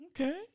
Okay